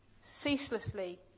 Ceaselessly